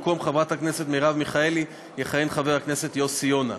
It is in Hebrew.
במקום חברת הכנסת מרב מיכאלי יכהן חבר הכנסת יוסי יונה.